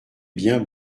bien